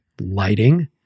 lighting